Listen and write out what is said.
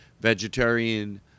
vegetarian